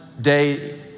day